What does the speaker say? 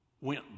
went